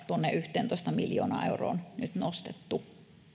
tuonne yhteentoista miljoonaan euroon nyt nostettu